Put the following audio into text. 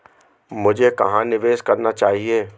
मुझे कहां निवेश करना चाहिए?